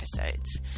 episodes